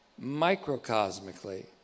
microcosmically